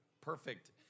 perfect